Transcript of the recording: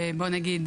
שבוא נגיד,